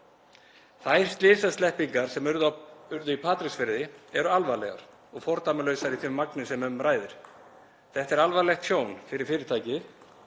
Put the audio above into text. Þær slysasleppingar sem urðu í Patreksfirði eru alvarlegar og fordæmalausar í því magni sem um ræðir. Þetta er alvarlegt tjón fyrir fyrirtækið